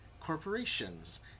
corporations